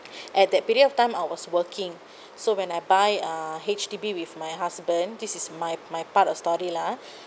at that period of time I was working so when I buy uh H_D_B with my husband this is my my part of story lah ah